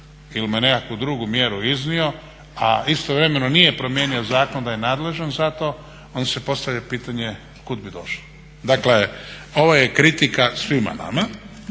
ili mu je nekakvu drugu mjeru iznio a istovremeno nije promijenio zakon da je nadležan za to onda se postavlja pitanje kud bi došli? Dakle, ovo je kritika svima nama